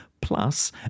Plus